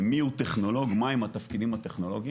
מי הוא טכנולוג מה הם התפקידים הטכנולוגיים